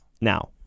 Now